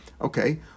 Okay